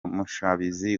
mushabizi